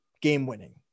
game-winning